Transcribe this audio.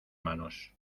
manos